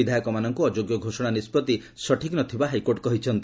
ବିଧାୟକମାନଙ୍କୁ ଅଯୋଗ୍ୟ ଘୋଷଣା ନିଷ୍ପଭି ସଠିକ୍ ନ ଥିବା ହାଇକୋର୍ଟ କହିଛନ୍ତି